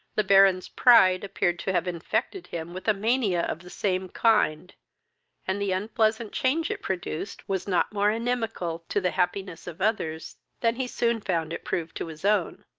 the baron's pride appeared to have infected him with a mania of the same kind and the unpleasant change it produced was not more inimical to the happiness of others than he soon found it proved to his own.